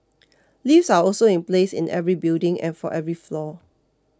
lifts are also in place in every building and for every floor